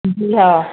جی ہاں